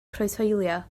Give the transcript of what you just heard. croeshoelio